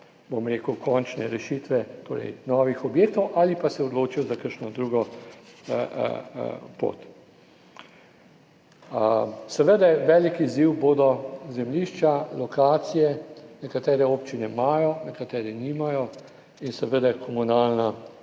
ne dobijo končne rešitve, torej novih objektov ali pa se odločijo za kakšno drugo pot. Velik izziv bodo zemljišča, lokacije, nekatere občine imajo, nekateri nimajo, in seveda komunalna